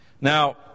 Now